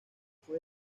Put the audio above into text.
fue